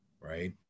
right